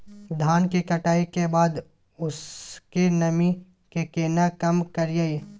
धान की कटाई के बाद उसके नमी के केना कम करियै?